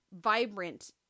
vibrant